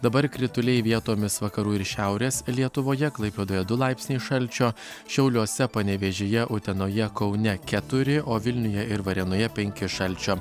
dabar krituliai vietomis vakarų ir šiaurės lietuvoje klaipėdoje du laipsniai šalčio šiauliuose panevėžyje utenoje kaune keturi o vilniuje ir varėnoje penki šalčio